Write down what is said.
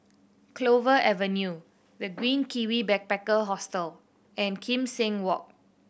Clover Avenue The Green Kiwi Backpacker Hostel and Kim Seng Walk